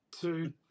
two